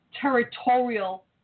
territorial